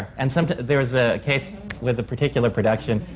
and so there's a case with a particular production,